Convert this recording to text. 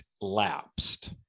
lapsed